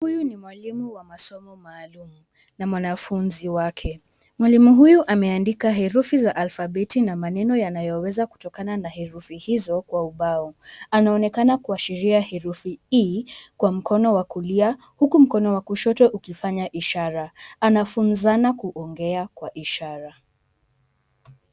Huyu ni mwalimu wa masomo maalum na mwanafunzi wake. Mwalimu huyu ameandika herufi za alpabeti na maneno yanayoweza kutokana na herufi hizo kwa ubao. Anaonekana kuashiria herufi "I" kwa mkono wa kulia huku mkono wa kushoto ukifanya ishara. Anafunzana kuongea kwa ishara.